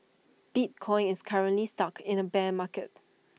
bitcoin is currently stuck in the bear market